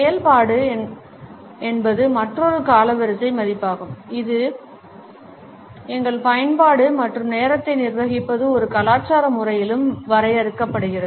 செயல்பாடு என்பது மற்றொரு காலவரிசை மதிப்பாகும் இது எங்கள் பயன்பாடு மற்றும் நேரத்தை நிர்வகிப்பது ஒரு கலாச்சார முறையிலும் வரையறுக்கப்படுகிறது